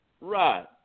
Right